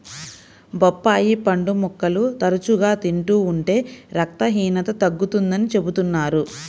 బొప్పాయి పండు ముక్కలు తరచుగా తింటూ ఉంటే రక్తహీనత తగ్గుతుందని చెబుతున్నారు